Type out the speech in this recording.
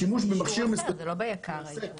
השימוש במכשיר --- זה לא ביק"ר.